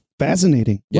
Fascinating